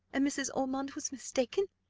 and mrs. ormond was mistaken?